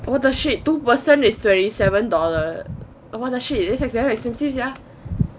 what the shit two person is twenty seven dollars what the shit this is damn expensive sia